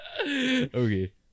Okay